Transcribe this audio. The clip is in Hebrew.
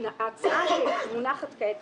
ההצעה שמונחת כעת